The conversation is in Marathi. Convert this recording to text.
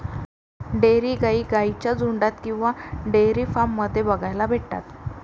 डेयरी गाई गाईंच्या झुन्डात किंवा डेयरी फार्म मध्ये बघायला भेटतात